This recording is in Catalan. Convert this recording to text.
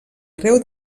creu